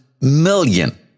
million